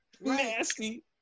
nasty